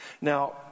Now